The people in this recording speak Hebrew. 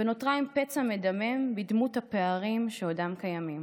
ונותרה עם פצע מדמם בדמות הפערים שעודם קיימים.